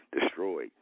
destroyed